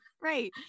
right